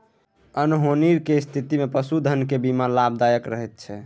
अनहोनी केर स्थितिमे पशुधनक बीमा लाभदायक रहैत छै